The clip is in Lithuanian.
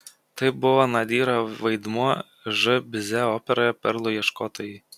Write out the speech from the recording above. tai buvo nadyro vaidmuo ž bize operoje perlų ieškotojai